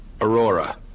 Aurora